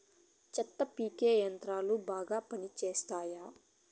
చెత్త పీకే యంత్రాలు బాగా పనిచేస్తాయా?